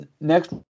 Next